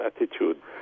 attitude